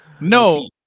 No